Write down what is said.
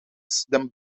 them